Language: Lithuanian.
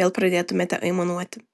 vėl pradėtumėte aimanuoti